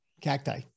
cacti